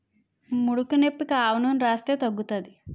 ముడుకునొప్పికి ఆవనూనెని రాస్తే తగ్గుతాది